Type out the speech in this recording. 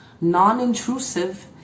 non-intrusive